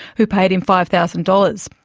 who paid him five thousand dollars.